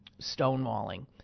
stonewalling